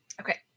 Okay